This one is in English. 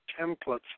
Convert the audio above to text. templates